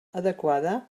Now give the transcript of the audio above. adequada